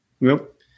Nope